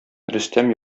рөстәм